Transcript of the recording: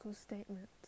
statement